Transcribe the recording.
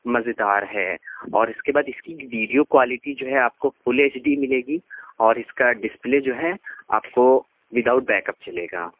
مزیدار ہے اور اِس کے بعد اس کی ویڈیو کوالیٹی جو ہے آپ کو فل ایچ ڈی مِلے گی اور اِس کا ڈسپلے جو ہے آپ کو وتھ آؤٹ بریک اپ چلے گا